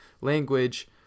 language